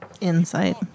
Insight